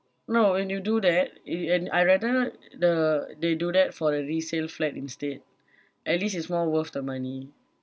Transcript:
no when you do that i~ and I rather the they do that for a resale flat instead at least it's more worth the money